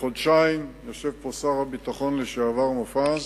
בחודשיים, יושב פה שר הביטחון לשעבר מופז,